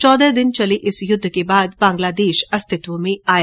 चौदह दिन चले इस युद्ध के बाद बांग्लादेश अस्तित्व में आया